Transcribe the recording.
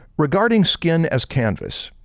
regarding skin as canvas,